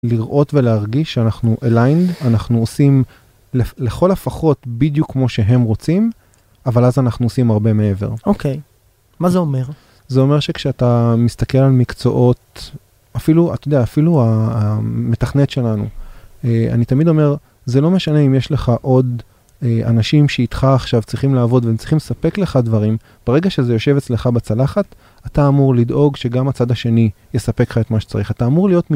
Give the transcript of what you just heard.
לראות ולהרגיש שאנחנו אליינד, אנחנו עושים לכל הפחות בדיוק כמו שהם רוצים, אבל אז אנחנו עושים הרבה מעבר. אוקיי, מה זה אומר? זה אומר שכשאתה מסתכל על מקצועות, אפילו, אתה יודע, אפילו המתכנת שלנו, אני תמיד אומר, זה לא משנה אם יש לך עוד אנשים שאיתך עכשיו צריכים לעבוד והם צריכים לספק לך דברים, ברגע שזה יושב אצלך בצלחת, אתה אמור לדאוג שגם הצד השני יספק לך את מה שצריך. אתה אמור להיות מ...